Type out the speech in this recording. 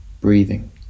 breathing